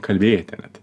kalbėti net